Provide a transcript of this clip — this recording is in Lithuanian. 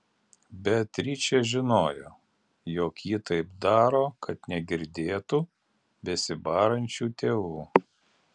beatričė žinojo jog ji taip daro kad negirdėtų besibarančių tėvų